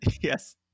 Yes